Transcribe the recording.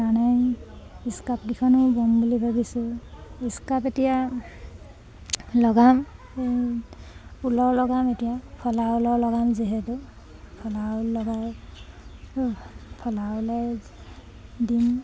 সেই কাৰণে ইস্কাপকিখনো বম বুলি ভাবিছোঁ ইস্কাপ এতিয়া লগাম ঊলৰ লগাম এতিয়া ফলাঊলৰ লগাম যিহেতু ফলাঊল লগাই ফলাঊলে দিম